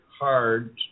hard